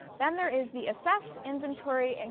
then there is the assess, inventory, and